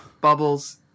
bubbles